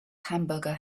hamburger